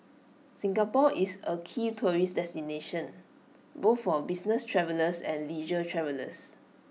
Singapore is A key tourist destination both for business travellers and leisure travellers